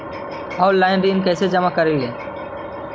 Online ऋण कैसे जमा करी?